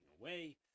away